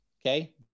Okay